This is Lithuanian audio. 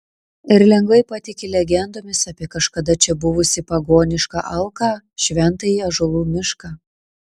ir lengvai patiki legendomis apie kažkada čia buvusį pagonišką alką šventąjį ąžuolų mišką